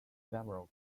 several